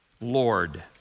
Lord